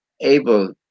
able